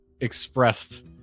expressed